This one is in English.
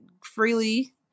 freely